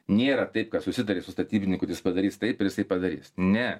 nėra taip kad susitari su statybininku ir jis padarys taip ir jisai padarys ne